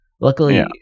Luckily